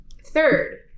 Third